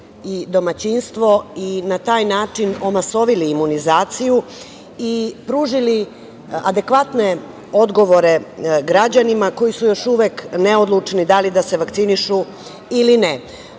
i domaćinstvo i na taj način omasovili imunizaciju i pružili adekvatne odgovore građanima koji su još uvek neodlučni da li da se vakcinišu ili